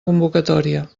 convocatòria